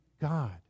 God